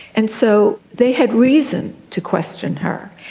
and so they had reason to question her,